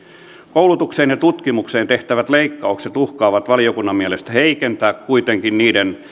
koulutukseen ja tutkimukseen tehtävät leikkaukset uhkaavat valiokunnan mielestä heikentää kuitenkin niiden